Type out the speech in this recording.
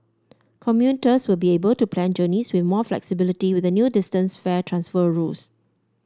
commuters will be able to plan journeys with more flexibility with the new distance fare transfer rules